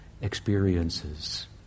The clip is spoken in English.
experiences